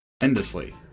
Endlessly